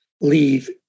leave